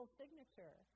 signature